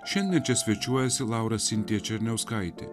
šiandien čia svečiuojasi laura sintija černiauskaitė